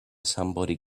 somebody